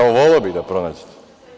Voleo bih da pronađete.